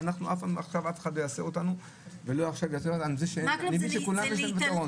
אני מבין שלכולם יש פתרון.